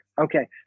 Okay